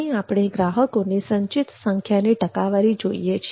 અહીં આપણે ગ્રાહકોની સંચિત સંખ્યાની ટકાવારી જોઈએ છે